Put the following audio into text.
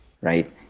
right